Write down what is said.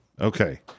Okay